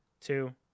two